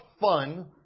fun